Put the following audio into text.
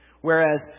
Whereas